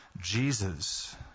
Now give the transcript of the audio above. Jesus